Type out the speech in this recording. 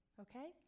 okay